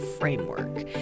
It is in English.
framework